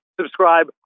subscribe